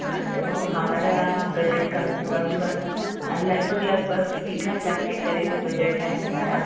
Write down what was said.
हां तो हमारा बजट कम से कम लगभग लगभग एक आध लाख के करीब बजट है हमारा